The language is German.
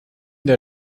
der